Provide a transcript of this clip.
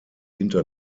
hinter